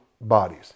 bodies